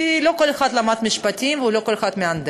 כי לא כל אחד למד משפטים, ולא כל אחד מהנדס.